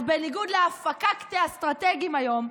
אז בניגוד לפקקטה-אסטרטגים היום,